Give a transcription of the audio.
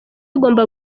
agomba